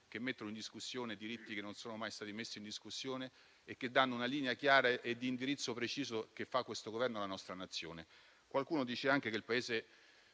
che mettono in discussione diritti che non sono mai stati messi in discussione e che danno una linea chiara e di indirizzo preciso di questo Governo alla nostra Nazione. Qualcuno dice anche che il Paese